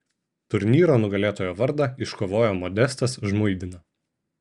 turnyro nugalėtojo vardą iškovojo modestas žmuidina